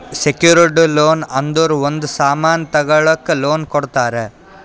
secured loan ಅಂದುರ್ ಒಂದ್ ಸಾಮನ್ ತಗೊಳಕ್ ಲೋನ್ ಕೊಡ್ತಾರ